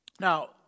Now